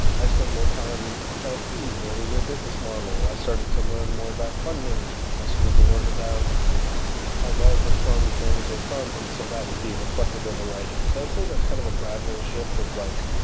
i spent more time with lps learning their business model. i started to learn more about fund management. i started sort of to learn about how larger funds manage their funds, and so that would be reflected in the writing. so i'd say that's kind of a gradual shift of like